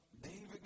David